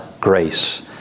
grace